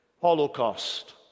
holocaust